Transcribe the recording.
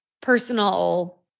personal